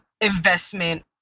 investment